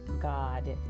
God